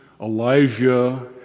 Elijah